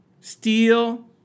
steel